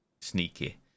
sneaky